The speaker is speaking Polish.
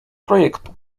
projektu